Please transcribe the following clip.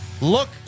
Look